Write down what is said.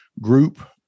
group